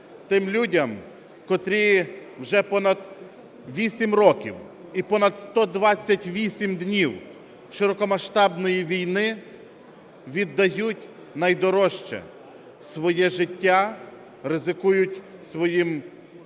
тим людям, котрі вже понад 8 років і понад 128 днів широкомасштабної війни віддають найдорожче – своє життя, ризикують своїм